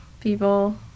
people